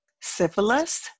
syphilis